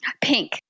pink